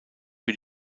für